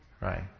right